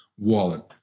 wallet